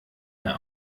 mehr